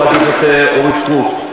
חברת הכנסת אורית סטרוק,